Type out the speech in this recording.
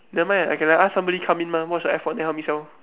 never mind I can like ask someone come in mah watch the F one then help me sell